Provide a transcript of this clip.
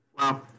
Wow